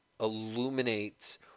illuminates